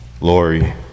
Lori